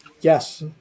Yes